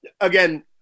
again